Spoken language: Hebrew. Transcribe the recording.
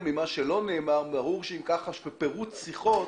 ממה שלא נאמר, ברור שפירוט שיחות